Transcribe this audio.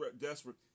desperate